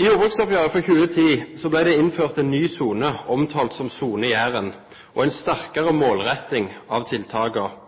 I jordbruksoppgjøret for 2010 ble det innført en ny sone, omtalt som sone Jæren, og en sterkere målretting av